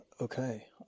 Okay